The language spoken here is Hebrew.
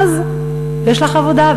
אז יש לך עבודה,